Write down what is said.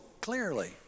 clearly